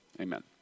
amen